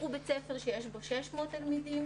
קחו בית ספר שיש 600 תלמידים,